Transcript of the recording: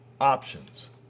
Options